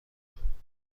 کنیم